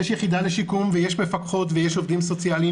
יש יחידה לשיקום ויש מפקחות ויש עובדים סוציאליים